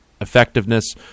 effectiveness